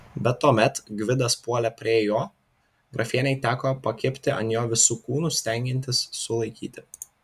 bet tuomet gvidas puolė prie jo grafienei teko pakibti ant jo visu kūnu stengiantis sulaikyti